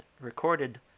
recorded